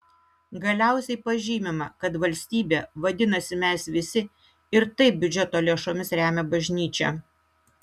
galiausiai pažymima kad valstybė vadinasi mes visi ir taip biudžeto lėšomis remia bažnyčią